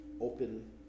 open